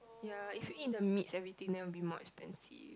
ya if you eat the meats everything then will more expensive